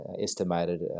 estimated